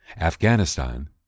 Afghanistan